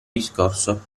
discorso